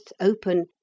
open